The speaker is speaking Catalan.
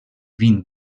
vint